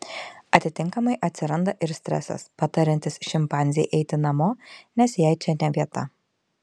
atitinkamai atsiranda ir stresas patariantis šimpanzei eiti namo nes jai čia ne vieta